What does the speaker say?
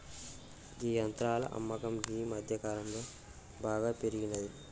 గీ యంత్రాల అమ్మకం గీ మధ్యకాలంలో బాగా పెరిగినాది